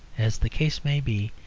as the case may be,